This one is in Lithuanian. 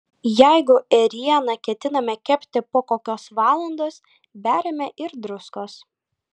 jeigu ėrieną ketiname kepti po kokios valandos beriame ir druskos